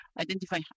identify